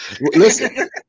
Listen